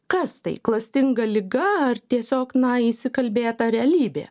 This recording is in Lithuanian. kas tai klastinga liga ar tiesiog na įsikalbėta realybė